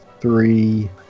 three